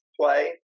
play